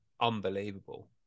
unbelievable